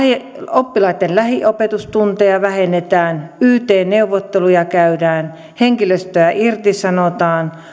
oppilaitten lähiopetustunteja vähennetään yt neuvotteluja käydään henkilöstöä irtisanotaan